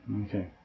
Okay